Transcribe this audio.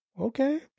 Okay